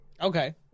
Okay